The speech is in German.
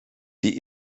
die